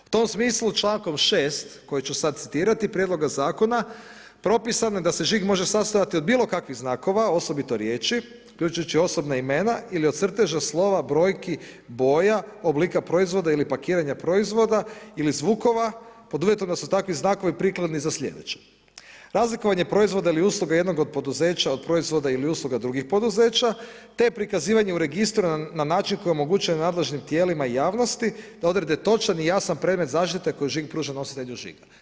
U tom smislu člankom 6. koji ću sada citirati Prijedloga zakona propisano je da se žig može sastojati od bilo kakvih znakova, osobito riječi uključujući osobna imena ili od crteža, slova, brojki, boja, oblika proizvoda ili pakiranja proizvoda ili zvuka pod uvjetom da su takvi znakovi prikladni za sljedeće: razlikovanje proizvoda jednoga od poduzeća od proizvoda ili usluga drugih poduzeća te prikazivanje u registru na način koji omogućuje nadležnim tijelima i javnosti da odrede točan i jasan predmet zaštite koju žig pruža nositelju žiga.